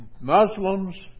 Muslims